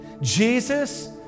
Jesus